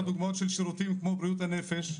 אני יכול לתת לך דוגמאות כמו בריאות הנפש.